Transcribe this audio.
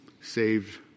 saved